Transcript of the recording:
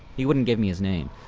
he wouldn't give me his name,